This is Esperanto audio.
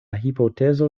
hipotezo